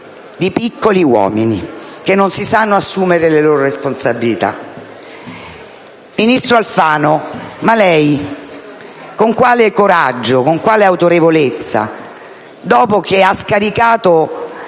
di piccoli uomini, che non si sanno assumere le proprie responsabilità. Ministro Alfano, con quale coraggio, con quale autorevolezza, dopo che ha scaricato